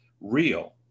real